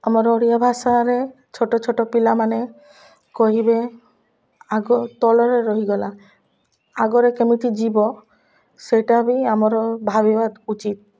ଆମର ଓଡ଼ିଆ ଭାଷାରେ ଛୋଟ ଛୋଟ ପିଲାମାନେ କହିବେ ଆଗ ତଳରେ ରହିଗଲା ଆଗରେ କେମିତି ଯିବ ସେଇଟା ବି ଆମର ଭାବିବା ଉଚିତ